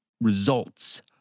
results